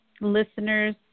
listeners